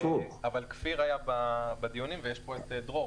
אבל כפיר היה בדיונים ויש פה את דרור,